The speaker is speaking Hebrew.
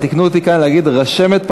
תיקנו אותי כאן שיש להגיד: רשמת פרלמנטרית.